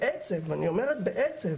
ואני אומרת את זה בעצב,